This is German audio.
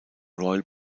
royal